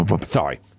Sorry